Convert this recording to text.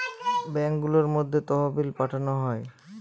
ব্যাঙ্কগুলোর মধ্যে তহবিল পাঠানো হয়